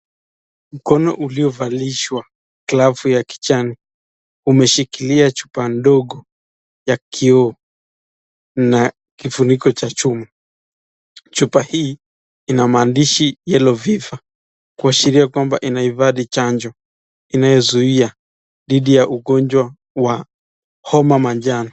Mkono uliovalishwa glavu ya kijani, umeshikilia chupa ndogo ya kioo na kifuniko cha chuma. Chupa hii ina maandishi yellow fever , kuashiria kwamba inahifadhi chanjo inayozuia dhidi ya ugonjwa wa homa manjano.